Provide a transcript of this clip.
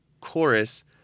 chorus